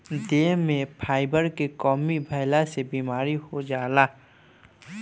देह में फाइबर के कमी भइला से बीमारी हो जाला